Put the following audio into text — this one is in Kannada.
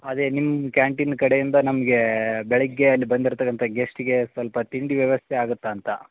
ಅದೇ ನಿಮ್ಮ ಕ್ಯಾಂಟೀನ್ ಕಡೆಯಿಂದ ನಮಗೆ ಬೆಳಗ್ಗೆ ಅಲ್ಲಿ ಬಂದಿರ್ತಕ್ಕಂಥ ಗೆಸ್ಟಿಗೆ ಸ್ವಲ್ಪ ತಿಂಡಿ ವ್ಯವಸ್ಥೆ ಆಗುತ್ತೆ ಅಂತ